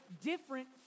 different